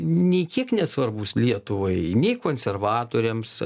nei kiek nesvarbūs lietuvai nei konservatoriams